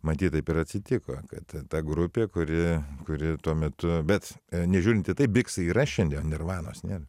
matyt taip ir atsitiko kad ta grupė kuri kuri tuo metu bet nežiūrint į tai biksai yra šiandie o nirvanos nėr